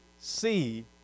see